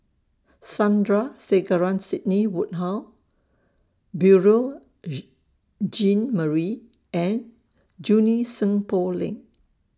Sandrasegaran Sidney Woodhull Beurel Jean Marie and Junie Sng Poh Leng